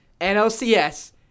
NLCS